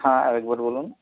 হ্যাঁ আরেকবার বলুন